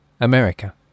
America